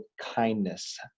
kindness